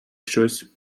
щось